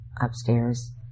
upstairs